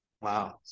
Wow